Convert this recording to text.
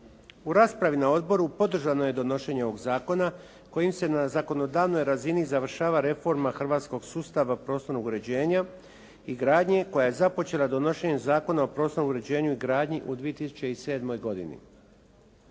U raspravi na odboru podržano je donošenje ovog zakona kojim se na zakonodavnoj razini završava reforma hrvatskog sustava prostornog uređenja i gradnje koja je započela donošenjem Zakona o prostornom uređenju i gradnji u 2007. godini.